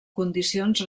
condicions